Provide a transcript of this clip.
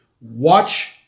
watch